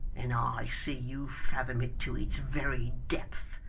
and i see you fathom it to its very depth.